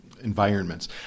environments